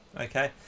Okay